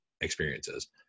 experiences